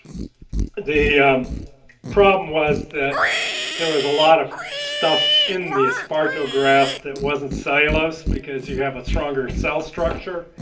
the problem was that there was a lot of stuff in the esparto grass that wasn't cellulose because you have a stronger cell structure,